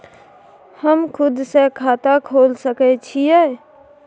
हम खुद से खाता खोल सके छीयै?